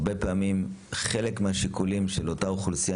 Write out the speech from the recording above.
הרבה פעמים חלק מהשיקולים של אותה אוכלוסייה,